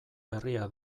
berria